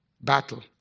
battle